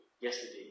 yesterday